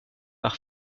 par